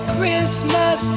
Christmas